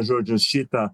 žodžiu šitą